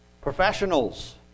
Professionals